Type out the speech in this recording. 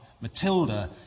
Matilda